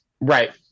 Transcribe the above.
Right